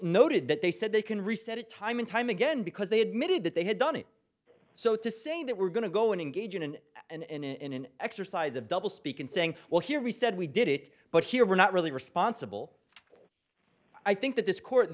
noted that they said they can reset it time and time again because they admitted that they had done it so to say that we're going to go and engage in an in an exercise of double speak and saying well here we said we did it but here we're not really responsible i think that this court